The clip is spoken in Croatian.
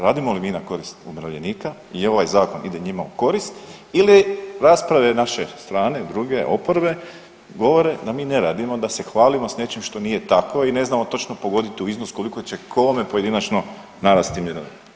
Radimo li mi na korist umirovljenika i ovaj zakon ide njima u korist ili rasprave naše strane druge, oporbe govore da mi ne radimo, da se hvalimo sa nečim što nije tako i ne znamo točno pogoditi u iznos koliko će kome pojedinačno narasti mirovina.